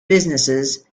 businesses